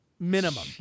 minimum